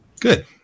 Good